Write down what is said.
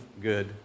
good